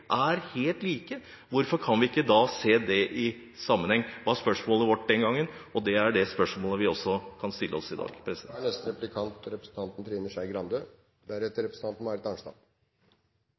er helt like, hvorfor kan vi ikke se det i sammenheng? Det var spørsmålet vårt den gangen, og det er det spørsmålet vi også kan stille oss i dag. Jeg og representanten